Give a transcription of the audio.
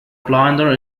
binder